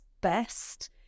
best